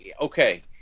okay